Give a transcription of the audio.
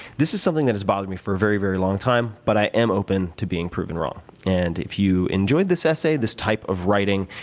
this is something that has bothered me for a very, very long time, but i am open to being proven wrong and if you enjoyed this essay this type of writing,